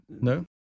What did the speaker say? No